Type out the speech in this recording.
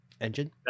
Engine